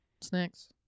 snacks